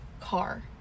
car